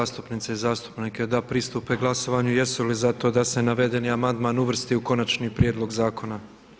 Molim zastupnice i zastupnike da pristupe glasovanju jesu li za to da se navedeni amandman uvrsti u konačni prijedlog zakona?